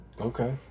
Okay